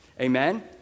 Amen